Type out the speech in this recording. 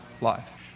life